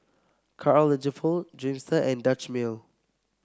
Karl Lagerfeld Dreamster and Dutch Mill